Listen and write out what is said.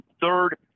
Third